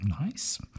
Nice